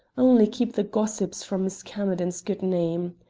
only keep the gossips from miss camerden's good name.